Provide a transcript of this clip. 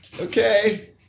Okay